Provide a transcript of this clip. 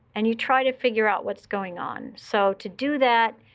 and you try to figure out what's going on. so to do that,